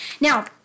Now